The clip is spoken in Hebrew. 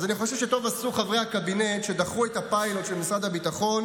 אז אני חושב שטוב עשו חברי הקבינט שדחו את הפיילוט של משרד הביטחון